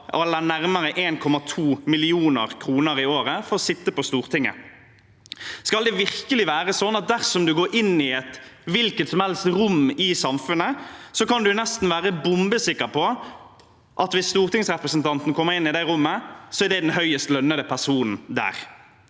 selv nærmere 1,2 mill. kr i året for å sitte på Stortinget? Skal det virkelig være sånn at dersom man går inn i et hvilket som helst rom i samfunnet, så kan man nesten være bombesikker på at hvis en stortingsrepresentant kommer inn i det rommet, er det er den høyest lønnede personen der?